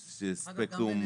יש ספקטרום